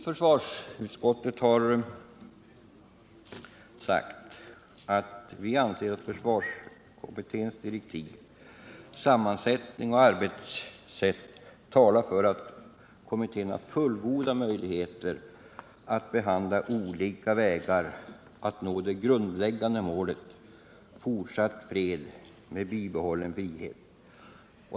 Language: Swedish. Försvarsutskottet har förklarat att det anser att försvarskommitténs direktiv, sammansättning och arbetssätt talar för att kommittén har fullgoda möjligheter att behandla olika vägar att nå det grundläggande målet: fortsatt fred med bibehållen frihet.